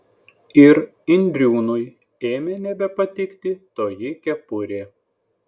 ir indriūnui ėmė nebepatikti toji kepurė